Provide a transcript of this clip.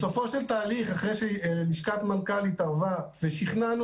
בסופו של תהליך אחרי שלשכת המנכ"ל התערבה ושכנענו